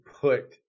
put